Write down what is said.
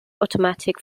automatic